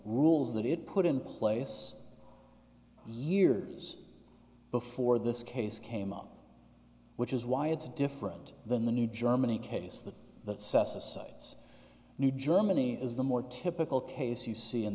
rules that it put in place years before this case came up which is why it's different than the new germany case that the cessna cites new germany is the more typical case you see in